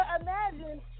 imagine